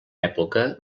època